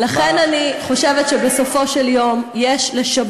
אין ספק,